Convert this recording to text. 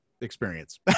experience